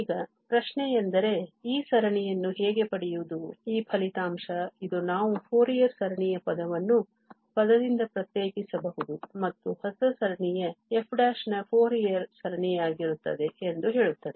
ಈಗ ಪ್ರಶ್ನೆಯೆಂದರೆ ಈ ಸರಣಿಯನ್ನು ಹೇಗೆ ಪಡೆಯುವುದು ಈ ಫಲಿತಾಂಶ ಇದು ನಾವು ಫೋರಿಯರ್ ಸರಣಿಯ ಪದವನ್ನು ಪದದಿಂದ ಪ್ರತ್ಯೇಕಿಸಬಹುದು ಮತ್ತು ಹೊಸ ಸರಣಿಯು f ನ ಫೋರಿಯರ್ ಸರಣಿಯಾಗಿರುತ್ತದೆ ಎಂದು ಹೇಳುತ್ತದೆ